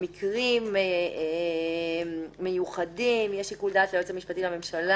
במקרים מיוחדים יש שיקול דעת ליועץ המשפטי לממשלה